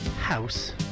House